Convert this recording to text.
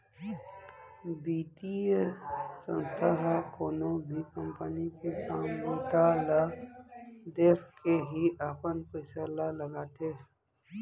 बितीय संस्था ह कोनो भी कंपनी के काम बूता ल देखके ही अपन पइसा ल लगाथे